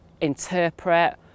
interpret